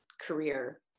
career